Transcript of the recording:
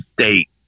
state